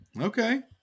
Okay